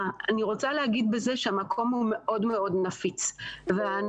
מה שאני רוצה להגיד בזה זה שהמקום הוא מאוד מאוד נפיץ ואנחנו